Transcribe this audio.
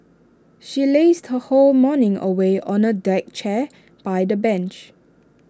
she lazed her whole morning away on A deck chair by the beach